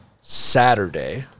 Saturday